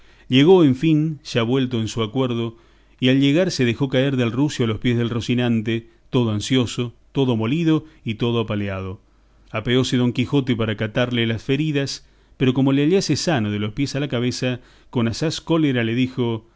llegó en fin ya vuelto en su acuerdo y al llegar se dejó caer del rucio a los pies de rocinante todo ansioso todo molido y todo apaleado apeóse don quijote para catarle las feridas pero como le hallase sano de los pies a la cabeza con asaz cólera le dijo